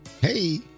Hey